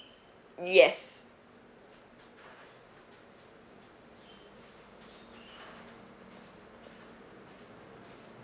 yes